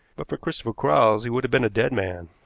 but for christopher quarles he would have been a dead man.